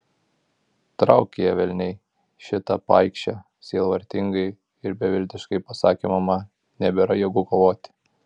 trauk ją velniai šitą paikšę sielvartingai ir beviltiškai pasakė mama nebėra jėgų kovoti